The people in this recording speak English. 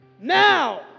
Now